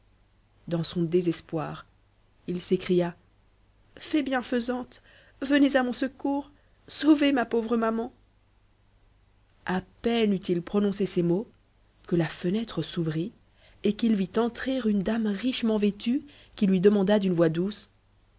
dans son désespoir il s'écria fée bienfaisante venez à mon secours sauvez ma pauvre maman a peine eut-il prononcé ces mots que la fenêtre s'ouvrit et qu'il vit entrer une dame richement vêtue qui lui demanda d'une voix douce